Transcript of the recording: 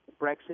Brexit